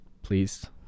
please